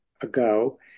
ago